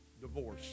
Divorce